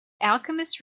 alchemist